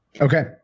Okay